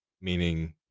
meaning